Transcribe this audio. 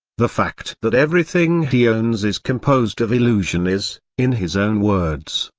the fact that everything he owns is composed of illusion is, in his own words,